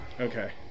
Okay